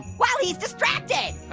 while he's distracted!